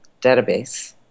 database